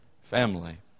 family